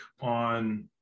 on